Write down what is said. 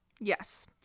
Yes